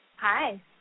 Hi